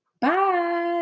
Bye